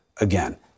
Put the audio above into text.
again